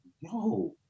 yo